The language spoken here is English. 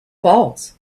falls